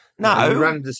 No